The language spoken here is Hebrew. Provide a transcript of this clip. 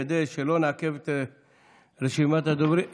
כדי שלא נעכב את רשימת הדוברים,